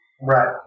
Right